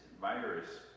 virus